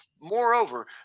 moreover